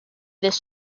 this